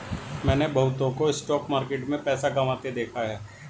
मैंने बहुतों को स्टॉक मार्केट में पैसा गंवाते देखा हैं